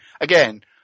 Again